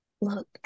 look